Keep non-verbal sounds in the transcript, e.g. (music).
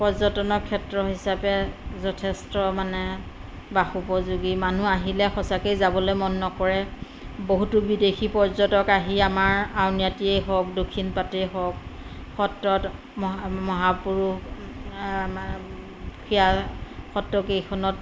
পৰ্যটনৰ ক্ষেত্ৰ হিচাপে যথেষ্ট মানে বাসোপযোগী মানুহ আহিলে সঁচাকেই যাবলৈ মন নকৰে বহুতো বিদেশী পৰ্যটক আহি আমাৰ আউনীআটীয়ে হওক দক্ষিণপাটেই হওক সত্ৰত মহা মহাপুৰুষ (unintelligible) সত্ৰকেইখনত